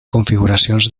configuracions